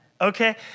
Okay